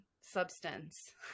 substance